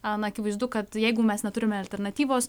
na akivaizdu kad jeigu mes neturime alternatyvos